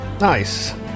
Nice